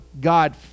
God